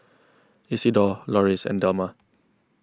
Isidore Loris and Delmar